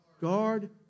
Guard